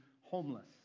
homeless